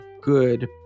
good